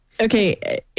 Okay